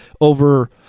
over